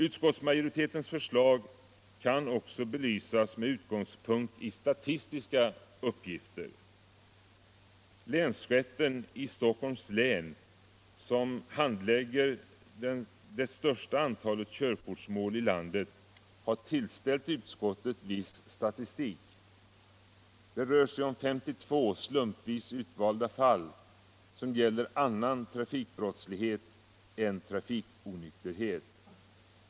Utskottsmajoritetens förslag kan också belysas med utgångspunkt i statistiska uppgifter. Länsrätten i Stockholms län, som handlägger det största antalet körkortsmål i landet, har tillställt utskottet viss statistik. Det rör sig om 52 slumpvis utvalda fall som gäller annan trafikbrottslighet än trafikonykterhet.